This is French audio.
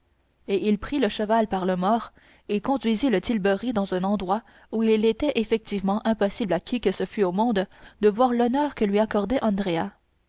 et il prit le cheval par le mors et conduisit le tilbury dans un endroit où il était effectivement impossible à qui que ce fût au monde de voir l'honneur que lui accordait